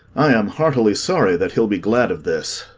i am heartily sorry that he'll be glad of this.